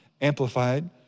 amplified